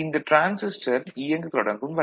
இந்த டிரான்சிஸ்டர் இயங்க தொடங்கும் வரை